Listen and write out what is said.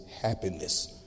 happiness